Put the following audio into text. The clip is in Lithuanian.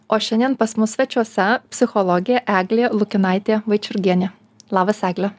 o šiandien pas mus svečiuose psichologė eglė lukinaitė vaičiurgienė labas egle